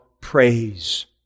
praise